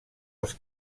els